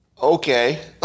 Okay